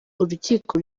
urukiko